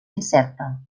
incerta